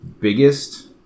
biggest